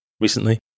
recently